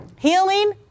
Healing